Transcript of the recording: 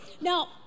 now